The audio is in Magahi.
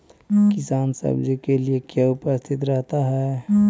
किसान सब्जी के लिए क्यों उपस्थित रहता है?